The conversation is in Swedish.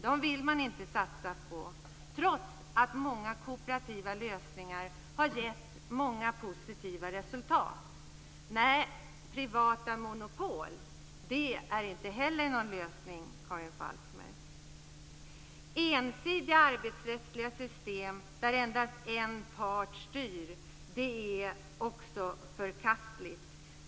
Dem vill inte moderaterna satsa på, trots att många kooperativa lösningar har gett positiva resultat. Nej, privata monopol är inte heller någon lösning, Karin Falkmer! Ensidiga arbetsrättsliga system där endast en part styr är också förkastligt.